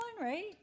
right